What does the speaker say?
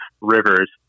rivers